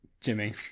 Jimmy